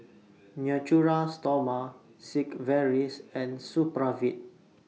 Natura Stoma Sigvaris and Supravit